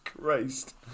Christ